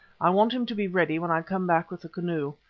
i want him to be ready when i come back with the canoe.